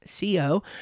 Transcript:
co